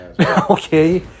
Okay